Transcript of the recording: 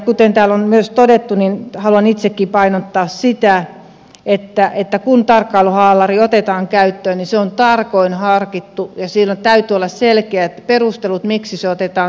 kuten täällä on myös todettu haluan itsekin painottaa sitä että kun tarkkailuhaalari otetaan käyttöön niin se on tarkoin harkittu ja siinä täytyy olla selkeät perustelut miksi se otetaan käyttöön